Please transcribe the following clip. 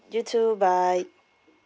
you too bye